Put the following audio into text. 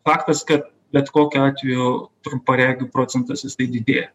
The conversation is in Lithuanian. faktas kad bet kokiu atveju trumparegių procentas jisai didėja